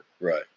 Right